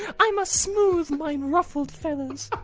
i must smoothe myn ruffled feathers.